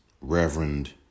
Reverend